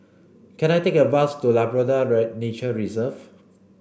can I take a bus to Labrador Nature Reserve